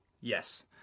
Yes